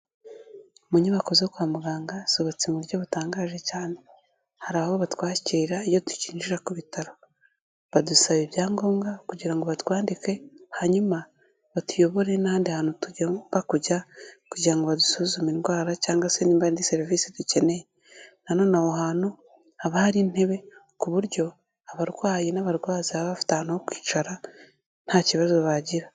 Mu nyubako zo kwa muganga, zubatswe mu buryo butangaje cyane. Hari aho batwakira iyo tukinjira ku bitaro. Badusaba ibyangombwa kugira ngo batwandike, hanyuma batuyobore n'ahandi hantu tugomba kujya, kugira ngo badusuzume indwara, cyangwa se nimba hari n'indi serivisi dukeneye. Nanone aho hantu, haba hari intebe, ku buryo abarwayi n'abarwaza baba bafite ahantu ho kwicara, nta kibazo bagira.